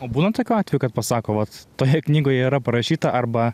o būna tokių atvejų kad pasako vat toje knygoje yra parašyta arba